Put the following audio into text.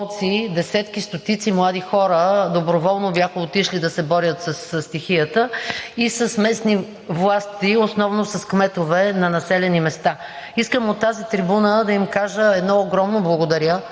доброволно бяха отишли да се борят със стихията, с местни власти – основно с кметове на населени места. Искам от тази трибуна да им кажа едно огромно благодаря